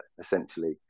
essentially